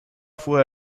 fuhr